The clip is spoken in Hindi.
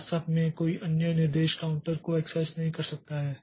वास्तव में कोई अन्य निर्देश काउंटर को अक्सेस नहीं कर सकता है